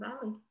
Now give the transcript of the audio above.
Valley